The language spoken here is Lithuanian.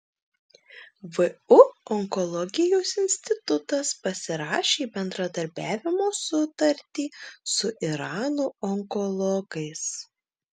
vu onkologijos institutas pasirašė bendradarbiavimo sutartį su irano onkologais